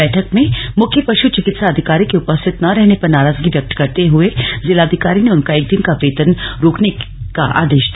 बैठक में मुख्य पश् चिकित्सा अधिकारी के उपस्थित न रहने पर नाराजगी व्यक्त करते करते हुए जिलाधिकारी ने उनका एक दिन का वेतन रोकने का आदेश दिया